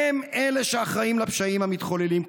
הם אלה שאחראים לפשעים המתחוללים,